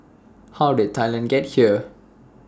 how did Thailand get here